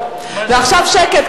ועכשיו שקט,